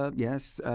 ah yes,